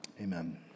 Amen